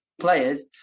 players